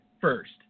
first